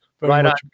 right